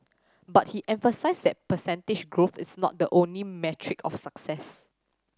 but he emphasised that percentage growth is not the only metric of success